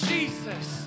Jesus